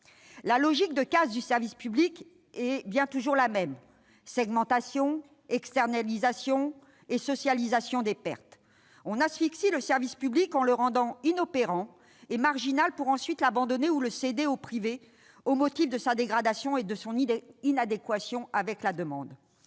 La logique de casse du service public est bien toujours la même : segmentation, externalisation et socialisation des pertes. On asphyxie le service public en le rendant inopérant et marginal pour l'abandonner ensuite ou le céder au privé au motif de sa dégradation et de son inadéquation avec la demande.